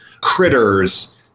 critters